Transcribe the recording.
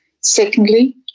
Secondly